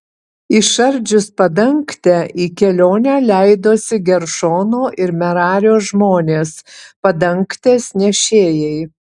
išardžius padangtę į kelionę leidosi geršono ir merario žmonės padangtės nešėjai